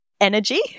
Energy